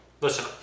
Listen